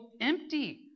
empty